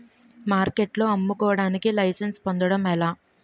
మార్కెట్లో అమ్ముకోడానికి లైసెన్స్ పొందడం ఎలా?